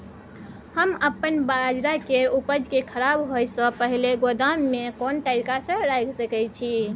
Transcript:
हम अपन बाजरा के उपज के खराब होय से पहिले गोदाम में के तरीका से रैख सके छी?